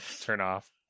turn-off